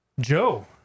Joe